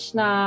na